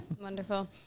wonderful